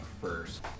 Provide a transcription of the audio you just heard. first